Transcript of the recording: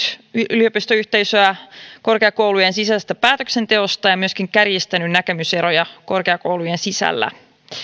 yliopistoyhteisöä korkeakoulujen sisäisestä päätöksenteosta ja myöskin kärjistänyt näkemyseroja korkeakoulujen sisällä